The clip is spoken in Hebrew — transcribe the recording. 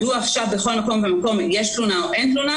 מדוע בכל מקום ומקום יש תלונה או אין תלונה?